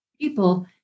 people